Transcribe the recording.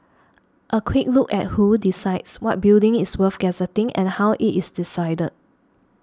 a quick look at who decides what building is worth gazetting and how it is decided